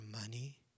money